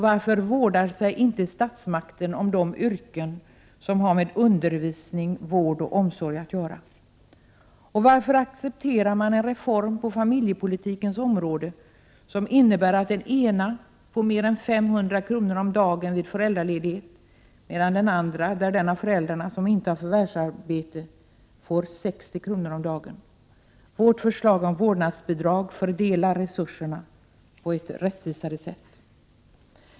Varför vårdar sig inte statsmakten om de yrken som har med undervisning, vård och omsorg att göra? Varför accepterar man en reform på familjepolitikens område som innebär att i ett fall får en förälder mer än 500 kr. om dagen vid föräldraledighet, medan en förälder i ett annat fall — det gäller den av föräldrarna som inte har förvärvsarbete — får 60 kr. per dag? Det vårdnadsbidrag som vi föreslagit fördelar resurserna på ett rättvisare sätt.